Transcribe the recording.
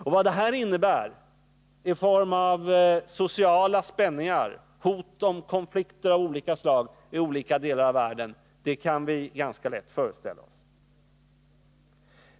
Och vad det här betyder i form av sociala spänningar och hot om konflikter av olika slag i olika delar av världen kan vi ganska lätt föreställa oss.